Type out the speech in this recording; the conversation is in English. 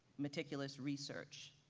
meticulous research,